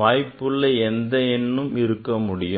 வாய்ப்புள்ள எந்த எண்ணும் இருக்க முடியும்